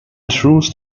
truce